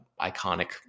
iconic